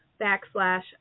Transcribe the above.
backslash